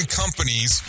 companies